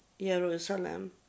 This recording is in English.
Jerusalem